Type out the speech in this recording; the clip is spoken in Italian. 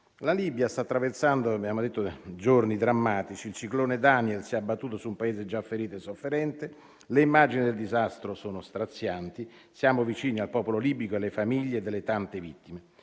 La Libia sta attraversando giorni drammatici: il ciclone Daniel si è abbattuto su un Paese già ferito e sofferente e le immagini del disastro sono strazianti. Siamo vicini al popolo libico e alle famiglie delle tante vittime.